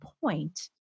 point